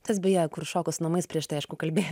tas beje kur šoko su namais prieš tai aišku kalbėjo